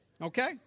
Okay